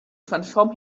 transform